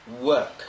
work